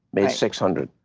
made six hundred.